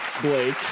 Blake